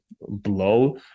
blow